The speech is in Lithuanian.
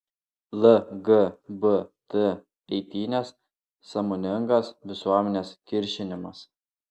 lgbt eitynės sąmoningas visuomenės kiršinimas